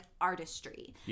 artistry